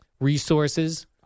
resources